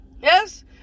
yes